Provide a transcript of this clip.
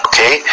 Okay